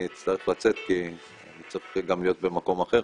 אצטרך לצאת כי אני צריך להיות גם במקום אחר.